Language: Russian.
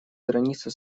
границы